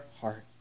heart